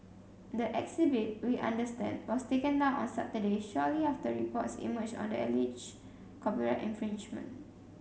the exhibit we understand was taken down on Saturday shortly after reports emerged on the alleged copyright infringement